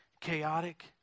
chaotic